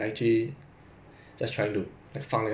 ya like 有些东西可以 trust lah but